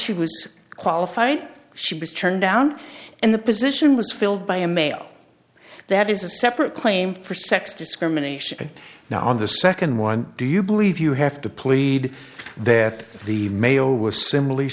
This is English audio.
she was qualified she was turned down and the position was filled by a male that is a separate claim for sex discrimination now on the second one do you believe you have to plead that the male was similarly